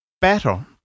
better